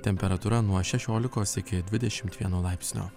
temperatūra nuo šešiolikos iki dvidešimt vieno laipsnio